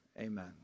Amen